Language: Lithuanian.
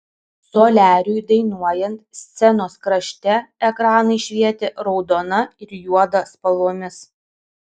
soliariui dainuojant scenos krašte ekranai švietė raudona ir juoda spalvomis